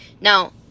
now